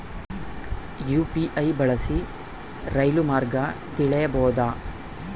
UPI ಬಳಸಿ ರೈಲು ಮಾರ್ಗ ತಿಳೇಬೋದ?